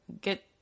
get